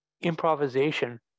Improvisation